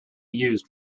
used